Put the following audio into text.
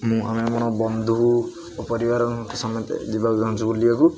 ମୁଁ ଆମେ ଆମର ବନ୍ଧୁ ଓ ପରିବାର ସମସ୍ତେ ଯିବାକୁ ଚାହୁଁଛୁ ବୁଲିବାକୁ